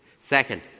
Second